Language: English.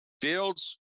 Fields